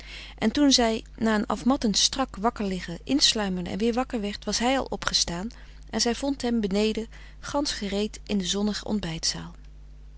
en toen zij na een afmattend strak wakkerliggen insluimerde en weer wakker werd was hij al opgestaan en zij vond hem beneden gansch gereed in de zonnige